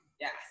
Yes